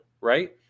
right